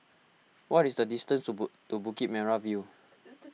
what is the distance subu to Bukit Merah View